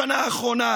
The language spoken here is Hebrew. בשנה האחרונה?